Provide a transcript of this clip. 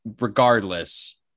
regardless